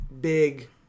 big